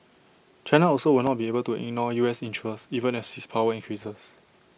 China also will not be able to ignore U S interests even as its power increases